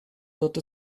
wird